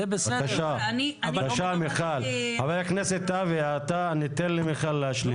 בבקשה מיכל, חבר הכנסת אבי אתה ניתן לך להשלים.